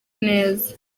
neza